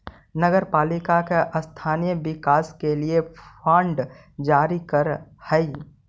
नगर पालिका स्थानीय विकास के लिए बांड जारी करऽ हई